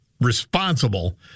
responsible